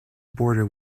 border